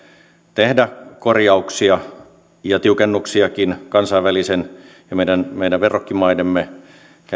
tehdä korjauksia ja tiukennuksiakin kansainvälisen ja meidän meidän verrokkimaidemme